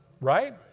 Right